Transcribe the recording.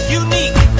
unique